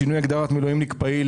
שינוי הגדרת מילואימניק פעיל.